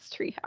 Treehouse